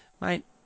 mate